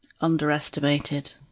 underestimated